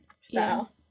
style